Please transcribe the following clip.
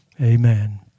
Amen